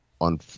on